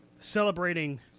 Celebrating